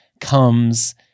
comes